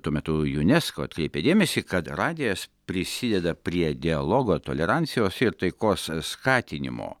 tuo metu unesco atkreipė dėmesį kad radijas prisideda prie dialogo tolerancijos ir taikos skatinimo